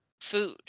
food